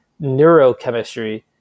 neurochemistry